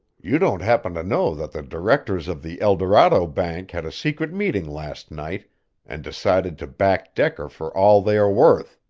you don't happen to know that the directors of the el dorado bank had a secret meeting last night and decided to back decker for all they are worth.